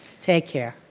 take care.